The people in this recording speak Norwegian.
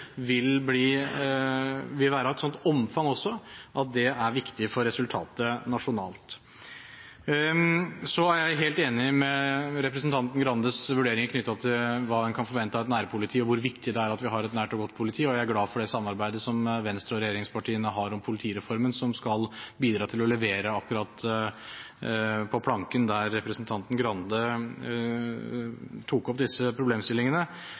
vil være av et sånt omfang at det er viktig for resultatet nasjonalt. Så er jeg helt enig i representanten Skei Grandes vurdering knyttet til hva en kan forvente av et nærpoliti, og hvor viktig det er at vi har et nært og godt politi. Jeg er glad for det samarbeidet som Venstre og regjeringspartiene har om politireformen, som skal bidra til å levere akkurat på planken der representanten Skei Grande tok opp disse problemstillingene.